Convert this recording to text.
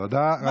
תודה רבה.